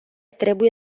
trebuie